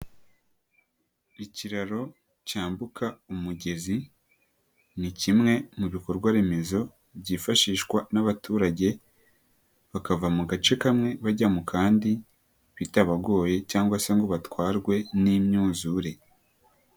Ikiraro cyambuka umugezi ni kimwe mu bikorwa remezo byifashishwa n'abaturage bakava mu gace kamwe bajya mu kandi bitabagoye cyangwa se ngo batwarwe n'imyuzure.